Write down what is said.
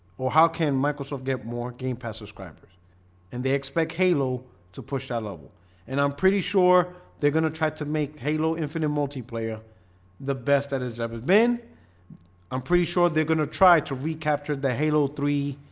or how can microsoft get more gamepad subscribers and they expect halo to push that level and i'm pretty sure they're gonna try to make halo infinite multiplayer the best that has ever been i'm pretty sure they're gonna try to recapture the halo three